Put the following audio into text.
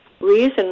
reason